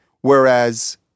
Whereas